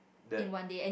the